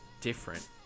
different